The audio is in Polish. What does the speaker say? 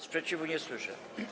Sprzeciwu nie słyszę.